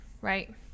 right